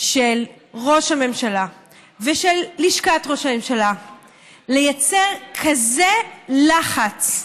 של ראש הממשלה ושל לשכת ראש הממשלה לייצר כזה לחץ,